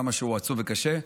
כמה שהוא עצוב וקשה,